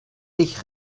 ich